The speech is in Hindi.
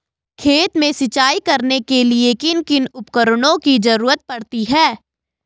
खेत में सिंचाई करने के लिए किन किन उपकरणों की जरूरत पड़ती है?